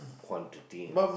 quantity